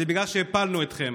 זה בגלל שהפלנו אתכם.